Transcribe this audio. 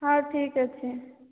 ହେଉ ଠିକ ଅଛି